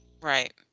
right